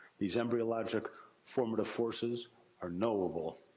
these embryologic formative forces are knowable.